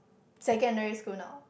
secondary school now